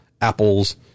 apples